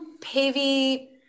Pavey